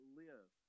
live